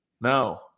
No